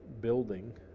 building